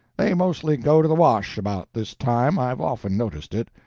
they mostly go to the wash about this time i've often noticed it.